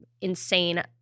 insane